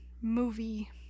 movie